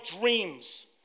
dreams